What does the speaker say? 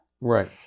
Right